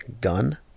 gun